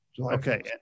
Okay